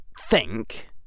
think